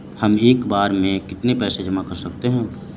हम एक बार में कितनी पैसे जमा कर सकते हैं?